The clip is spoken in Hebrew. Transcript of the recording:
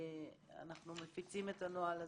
אנחנו מפיצים את הנוהל הזה.